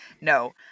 no